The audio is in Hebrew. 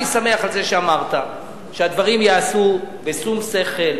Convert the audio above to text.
אני שמח על זה שאמרת שהדברים ייעשו בשום שכל,